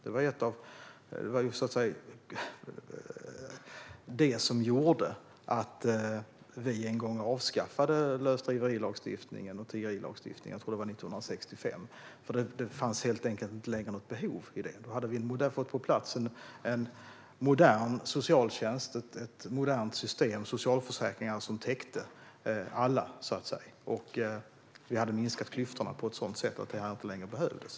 Det var det som gjorde att vi en gång - jag tror att det var 1965 - avskaffade lösdriveri och tiggerilagstiftningen. Det fanns enkelt inte längre något behov av den, för då hade vi fått på plats en modern socialtjänst och ett modernt system med socialförsäkringar som täckte alla. Vi hade minskat klyftorna på ett sådant sätt att denna lagstiftning inte längre behövdes.